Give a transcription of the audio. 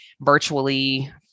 virtually